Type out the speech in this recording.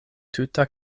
tuta